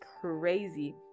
crazy